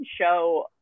show